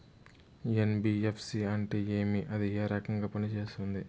NBFC అంటే ఏమి అది ఏ రకంగా పనిసేస్తుంది